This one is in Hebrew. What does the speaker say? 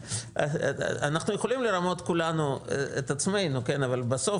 אנחנו יכולים לרמות כולנו את עצמנו אבל בסוף,